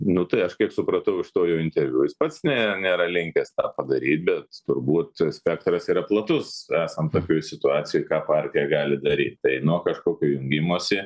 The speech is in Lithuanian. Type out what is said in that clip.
nu tai aš kiek supratau iš to jo interviu jis pats ne nėra linkęs tą padaryt bet turbūt spektras yra platus esant tokioj situacijoj ką partija gali daryt tai nuo kažkokio jungimosi